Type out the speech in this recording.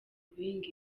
guhinga